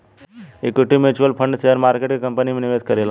equity mutual fund share market के company में निवेश करेला